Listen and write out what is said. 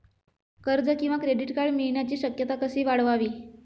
कर्ज किंवा credit card मिळण्याची शक्यता कशी वाढवावी?